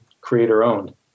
creator-owned